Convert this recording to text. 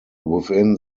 within